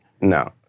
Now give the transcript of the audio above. No